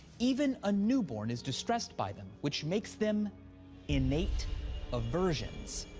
even a newborn is distressed by them, which makes them innate aversions.